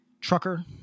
trucker